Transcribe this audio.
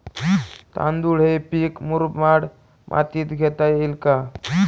तांदूळ हे पीक मुरमाड मातीत घेता येईल का?